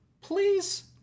please